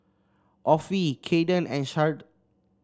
Offie Kayden and Sharde